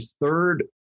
third